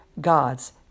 God's